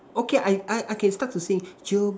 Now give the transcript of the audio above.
okay I I I can start to sing